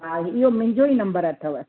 हा इहो मुंहिंजो ई नम्बर अथव